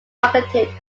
marketed